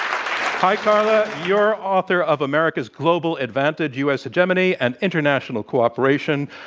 um hi, carla. you're author of america's global advantage u. s. hegemony and international cooperation.